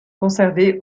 conservés